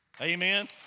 Amen